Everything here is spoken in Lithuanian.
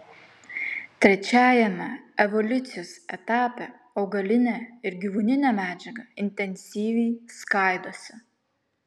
trečiajame evoliucijos etape augalinė ir gyvūninė medžiaga intensyviai skaidosi